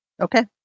Okay